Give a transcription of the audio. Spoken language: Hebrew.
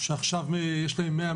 שיש להם 100,